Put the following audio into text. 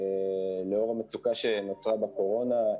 לאור המצוקה שנוצרה בקורונה,